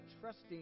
trusting